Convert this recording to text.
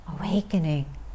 awakening